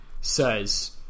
says